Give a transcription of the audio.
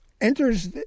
enters